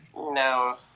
No